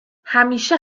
همیشه